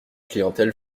clientèle